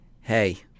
hey